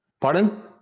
Pardon